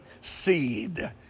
seed